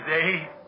today